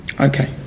okay